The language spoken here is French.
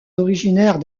originaires